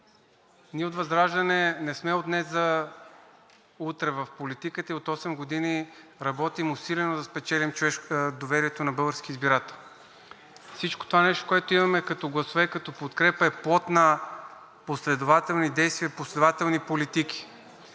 ние от ВЪЗРАЖДАНЕ не сме от днес за утре в политиката. От осем години работим усилено, за да спечелим доверието на българския избирател. Всичкото това нещо, което имаме като гласове, като подкрепа, е плод на последователни действия, последователни политики